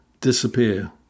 disappear